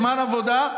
זמן עבודה,